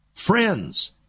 Friends